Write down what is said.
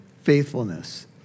faithfulness